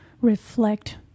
reflect